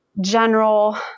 general